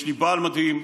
יש לי בעל מדהים,